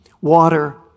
water